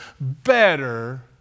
better